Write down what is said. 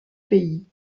pays